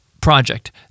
project